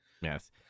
yes